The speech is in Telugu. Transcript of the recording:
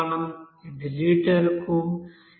ఇది లీటరుకు 0